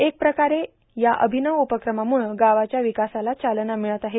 एकप्रकारे या र्आभनव उपक्रमामुळं गावाच्या र्वकासाला चालना र्मिळत आहे